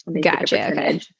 Gotcha